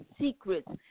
secrets